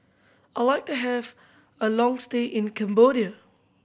I like to have a long stay in Cambodia